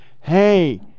hey